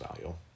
value